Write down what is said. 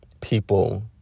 people